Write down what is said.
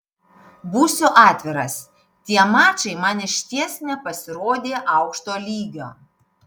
būsiu atviras tie mačai man išties nepasirodė aukšto lygio